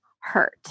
hurt